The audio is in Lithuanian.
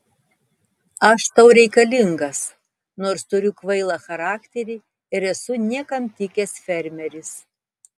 aš tau reikalingas nors turiu kvailą charakterį ir esu niekam tikęs fermeris